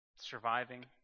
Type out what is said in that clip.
surviving